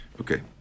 okay